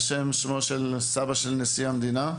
על שם סבו של נשיא המדינה,